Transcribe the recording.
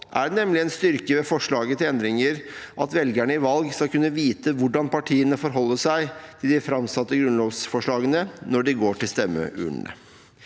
er det nemlig en styrke ved forslaget til endringer at velgerne i valg skal kunne vite hvordan partiene forholder seg til de framsatte grunnlovsforslagene når de går til stemmeurnene.